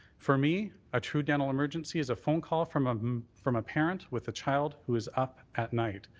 for me a true dental emergency is a phone call from ah from a parent with a child who is up at night,